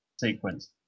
sequence